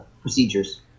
procedures